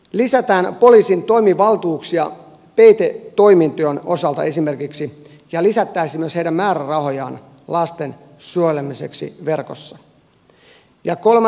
lisätään poliisin toimivaltuuksia esimerkiksi peitetoimintojen osalta ja lisättäisiin myös heidän määrärahojaan lasten suojelemiseksi verkossa